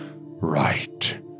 right